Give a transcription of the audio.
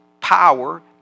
power